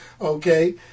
okay